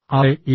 അതെ ഇല്ല